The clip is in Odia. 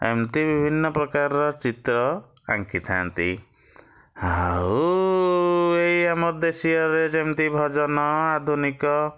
ଏମିତି ବିଭିନ୍ନ ପ୍ରକାର ଚିତ୍ର ଆଙ୍କି ଥାଆନ୍ତି ଆଉ ଏଇ ଆମ ଦେଶୀୟରେ ଯେମିତି ଭଜନ ଆଧୁନିକ